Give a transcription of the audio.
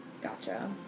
gotcha